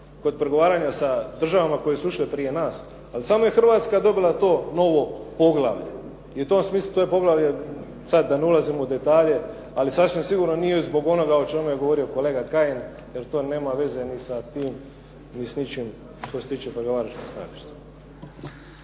kod pregovaranja sa državama koje su ušle prije nas, ali samo je Hrvatska dobila to novo poglavlje. I u tom smislu to je poglavlje sada da ne ulazimo u detalje, ali sasvim sigurno nije zbog onoga o čemu je govorio kolega Kajin jer to nema veze ni sa tim niti sa ničim što se tiče pregovaračkih stajališta.